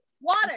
water